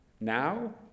now